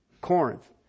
Corinth